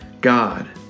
God